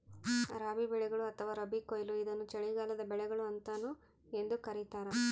ರಬಿ ಬೆಳೆಗಳು ಅಥವಾ ರಬಿ ಕೊಯ್ಲು ಇದನ್ನು ಚಳಿಗಾಲದ ಬೆಳೆಗಳು ಅಂತಾನೂ ಎಂದೂ ಕರೀತಾರ